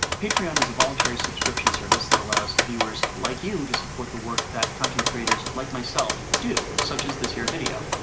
patreon is a voluntary subscription service that allows viewers like you to support the work that content creators like myself do. such as this here video!